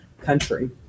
country